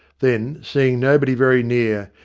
then, seeing nobody very near,